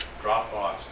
Dropbox